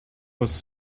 was